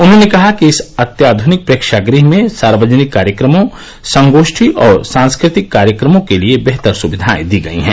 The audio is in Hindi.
उन्होंने कहा कि इस अत्याधनिक प्रेक्षागृह में सार्वजनिक कार्यक्रमों संगोष्ठी और सांस्कृतिक कार्यक्रमों के लिए बेहतर सुविधाए दी गयी हैं